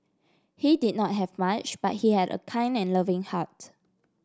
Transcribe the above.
he did not have much but he had a kind and loving heart